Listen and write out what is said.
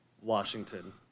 Washington